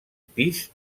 pis